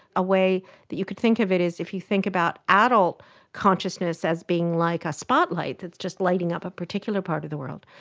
a way that you could think of it is if you think about adult consciousness as being like a spotlight, it's just lighting up a particular part of the world,